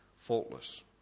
Faultless